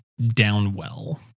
Downwell